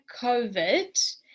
COVID